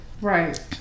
right